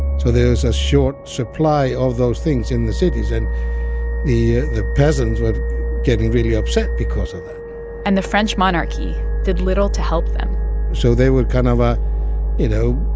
so there's a short supply of those things in the cities, and the the peasants were but getting really upset because of that and the french monarchy did little to help them so they were kind of, ah you know,